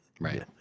Right